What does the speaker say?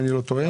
אם אני לא טועה.